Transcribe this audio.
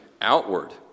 outward